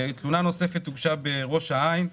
תלונה נוספת הוגשה בראש העין,